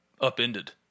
upended